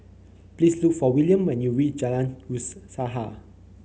please look for William when you Jalan